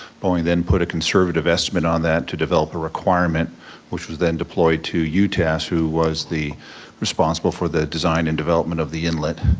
boeing then put a conservative estimate on that to develop a requirement which was then deployed to utas who was responsible for the design and development of the inlet.